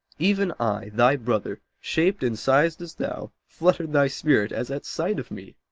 even i, thy brother, shaped and sized as thou, fluttered thy spirit, as at sight of me!